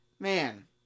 man